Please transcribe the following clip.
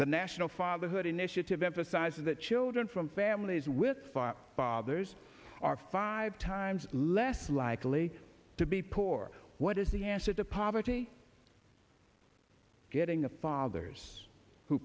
the national fatherhood initiative emphasizes that children from families with fire fathers are five times less likely to be poor what is the answer to poverty getting a fathers who